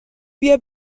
بیا